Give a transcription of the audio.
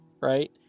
right